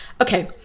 okay